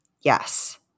Yes